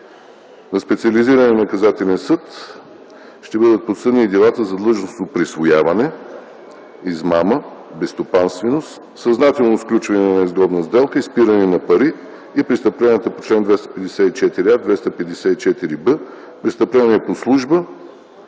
На Специализирания наказателен съд ще бъдат подсъдни и делата за длъжностно присвояване, измама, безстопанственост, съзнателно сключване на неизгодна сделка, изпиране на пари и престъпленията по чл. 254а, 254б, престъпления по служба